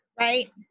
right